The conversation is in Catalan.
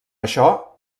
això